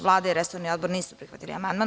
Vlada i resorni odbor nisu prihvatili amandman.